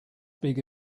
big